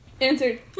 Answered